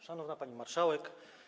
Szanowna Pani Marszałek!